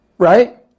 right